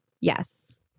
Yes